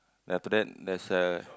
then after that there's a